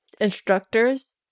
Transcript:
instructors